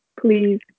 please